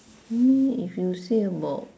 me if you say about